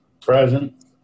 Present